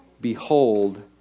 Behold